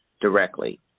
directly